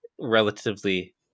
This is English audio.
relatively